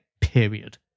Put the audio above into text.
period